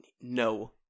No